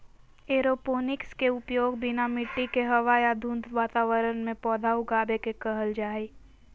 aeroponics के उपयोग बिना मिट्टी के हवा या धुंध वातावरण में पौधा उगाबे के कहल जा हइ